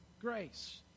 grace